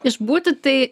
išbūti tai